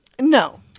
No